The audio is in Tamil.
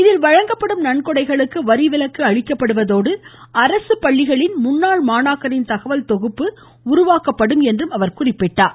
இதில் வழங்கப்படும் நன்கொடைகளுக்கு வரிவிலக்கு அளிக்கப்படுவதோடு அரசு பள்ளிகளில் முன்னாள் மாணாக்கரின் தகவல் தொகுப்பு உருவாக்கப்படும் என்றார்